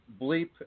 bleep